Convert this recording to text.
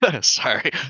Sorry